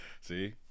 See